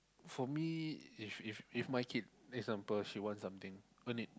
for me if if if my kid example she want something when it